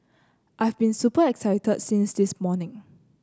I've been super excited since this morning